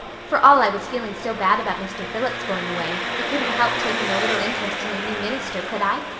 for all i was feeling so bad about mr. phillips going away i couldn't help taking a little interest in a new minister, could i?